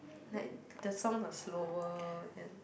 like the song are slower and